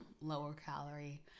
lower-calorie